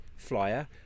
flyer